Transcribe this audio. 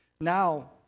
Now